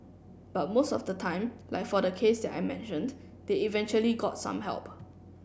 but most of the time like for the case that I mentioned they eventually got some help